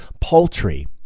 poultry